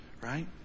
Right